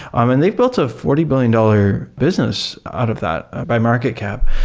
um and they've built a forty billion dollars business out of that by market cap.